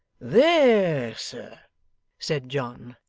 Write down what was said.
there, sir said john,